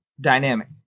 dynamic